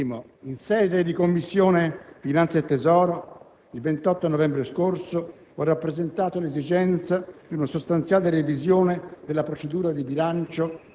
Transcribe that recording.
Signor Presidente, onorevoli colleghi,